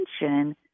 attention